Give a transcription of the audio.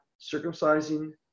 circumcising